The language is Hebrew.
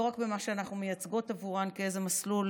לא רק במה שאנחנו מייצגות עבורן כאיזה מסלול